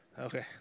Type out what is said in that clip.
Okay